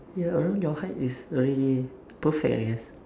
ya around your height is already perfect I guess